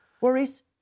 worries